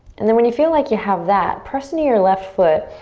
and then when you feel like you have that, press into your left foot,